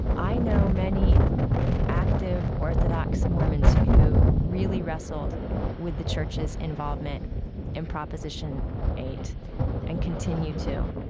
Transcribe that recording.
i know many active orthodox mormons who really wrestled with the church's involvement in proposition eight and continue to.